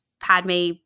Padme